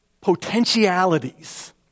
potentialities